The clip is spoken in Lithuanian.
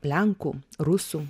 lenkų rusų